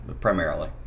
primarily